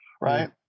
right